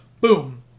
Boom